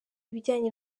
ibijyanye